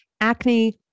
acne